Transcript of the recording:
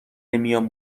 نمیام